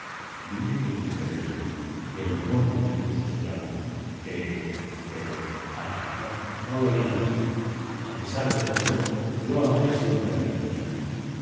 dime que fuiste débil que el demonio te hizo su esclavo que pero ah no no lo digas a pesar de todo yo amé siempre a mi mujer